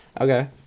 Okay